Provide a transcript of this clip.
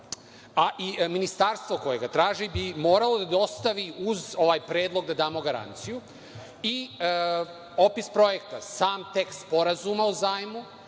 a ministarstvo koje ga traži bi moralo da dostavi uz ovaj predlog da damo garanciju i opis projekta, sam tekst sporazuma o zajmu